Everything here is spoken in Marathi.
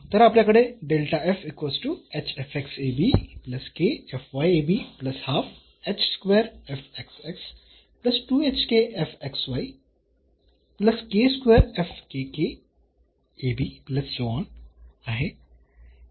तर आपल्याकडे आहे